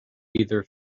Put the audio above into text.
neither